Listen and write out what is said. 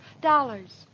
dollars